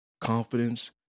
Confidence